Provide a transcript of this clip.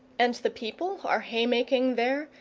and the people are haymaking there,